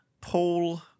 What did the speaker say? Paul